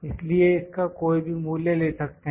इसलिए इसका कोई भी मूल्य ले सकते हैं